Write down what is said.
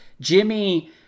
Jimmy –